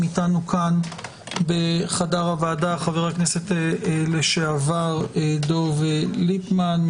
אתנו כאן בחדר הוועדה חבר הכנסת לשעבר דב ליפמן.